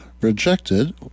rejected